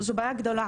זו בעיה גדולה